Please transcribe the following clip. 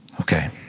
Okay